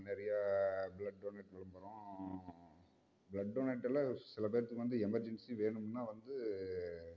நிறையா blood donate விளம்பரம் blood donate எல்லாம் சில பேர்த்துக்கு வந்து எமெர்ஜென்சி வேணும்னா வந்து